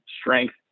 strength